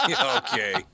Okay